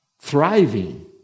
thriving